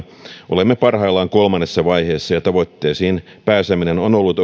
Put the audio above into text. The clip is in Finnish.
olemme parhaillaan kolmannessa vaiheessa ja tavoitteisiin pääseminen on ollut odotettua nopeampaa kolmannen vaiheen